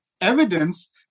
evidence